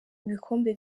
ibikombe